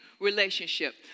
relationship